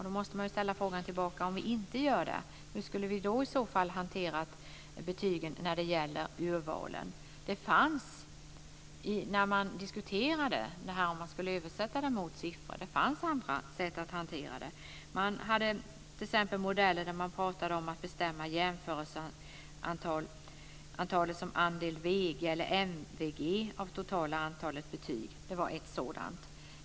Då måste jag ställa frågan tillbaka: Om vi inte gör det, hur skulle vi då i så fall hantera betygen när det gäller urvalen? När man diskuterade en översättning till siffror diskuterades andra sätt att hantera det hela. Det fanns t.ex. modeller som gick ut på att man skulle bestämma jämförelsetal som andel VG eller MVG av det totala antalet betyg. Det var en modell.